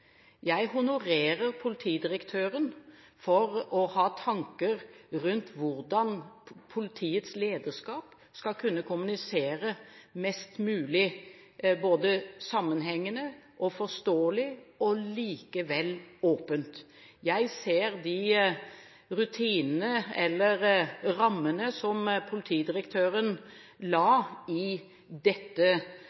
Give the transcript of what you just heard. Jeg honorerer politidirektøren for å ha tanker rundt hvordan politiets lederskap skal kunne kommunisere mest mulig sammenhengende, forståelig og likevel åpent. Jeg ser de rammene som politidirektøren la